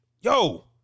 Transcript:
Yo